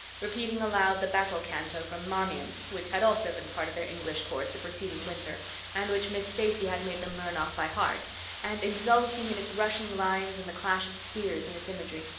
repeating aloud the battle canto from marmion which had also been part of their english course the preceding winter and which miss stacy had made them learn off by heart and exulting in its rushing lines and the clash of spears in its imagery.